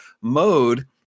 mode